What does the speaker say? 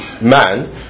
man